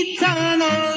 Eternal